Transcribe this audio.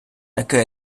таке